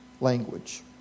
language